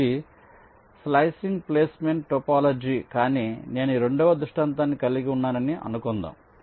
ఇది slicing placement topology కానీ నేను ఈ రెండవ దృష్టాంతాన్ని కలిగి ఉన్నానని అనుకుందాం